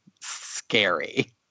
scary